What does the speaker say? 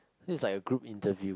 this is like a group interview